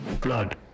Blood